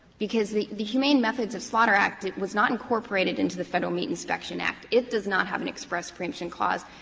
because the the humane methods of slaughter act was not incorporated into the federal meat inspection act, it does not have an express preemption clause,